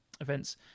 events